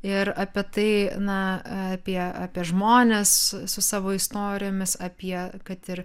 ir apie tai na apie apie žmones su savo istorijomis apie kad ir